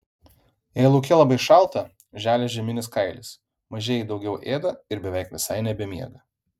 jei lauke labai šalta želia žieminis kailis mažieji daugiau ėda ir beveik visai nebemiega